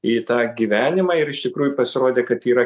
į tą gyvenimą ir iš tikrųjų pasirodė kad yra